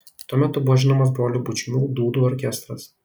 tuo metu buvo žinomas brolių bučmių dūdų orkestras